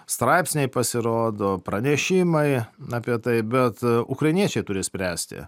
straipsniai pasirodo pranešimai apie tai bet ukrainiečiai turi spręsti